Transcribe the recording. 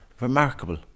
Remarkable